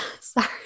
sorry